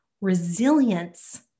resilience